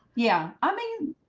yeah, i mean,